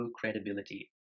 credibility